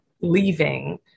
leaving